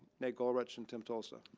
nick ulrich and tim tulsa.